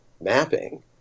mapping